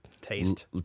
Taste